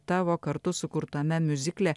tavo kartu sukurtame miuzikle